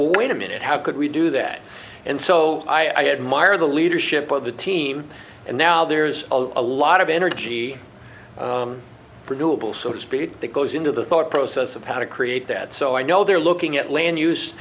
well wait a minute how could we do that and so i admire the leadership of the team and now there's a lot of energy producer bill so to speak that goes into the thought process of how to create that so i know they're looking at land use